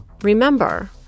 remember